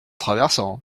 traversant